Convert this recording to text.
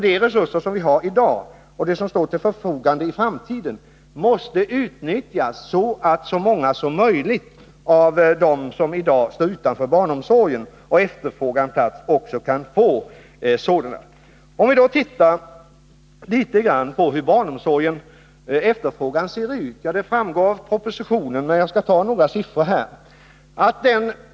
De resurser som vi har i dag och de resurser som kommer att stå till vårt förfogande i framtiden måste utnyttjas så, att så många som möjligt av dem som i dag står utanför barnomsorgen men som efterfrågar platser där också kan få sådana. Hur ser då efterfrågan på barnomsorg ut? Ja, det framgår ju av propositionen, men jag skall ändå ta upp några siffror här.